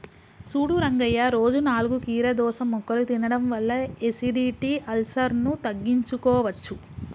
సూడు రంగయ్య రోజు నాలుగు కీరదోస ముక్కలు తినడం వల్ల ఎసిడిటి, అల్సర్ను తగ్గించుకోవచ్చు